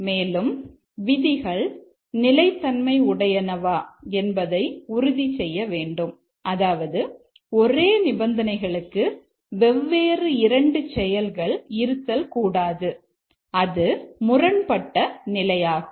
மேலும் விதிகள் நிலைத்தன்மை உடையனவா என்பதை உறுதி செய்ய வேண்டும் அதாவது ஒரே நிபந்தனைகளுக்கு வெவ்வேறு 2 செயல்கள் இருத்தல் கூடாது அது முரண்பட்ட நிலையாகும்